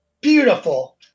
beautiful